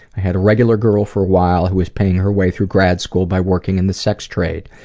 i had a regular girl for a while who was paying her way through grad school by working in the sex trade.